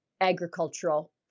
agricultural